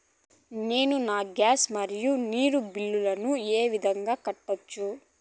నేను నా గ్యాస్, మరియు నీరు బిల్లులను ఏ విధంగా కట్టొచ్చు?